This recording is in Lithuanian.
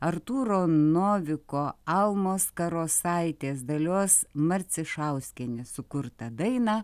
artūro noviko almos karosaitės dalios marcišauskienės sukurtą dainą